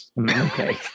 Okay